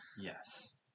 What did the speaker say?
Yes